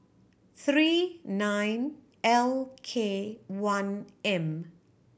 three nine L K one M